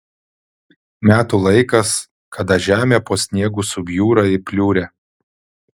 metų laikas kada žemė po sniegu subjūra į pliurę